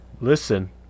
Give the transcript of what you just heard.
Listen